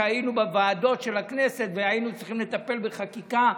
כשהיינו בוועדות של הכנסת והיינו צריכים לטפל בחקיקה.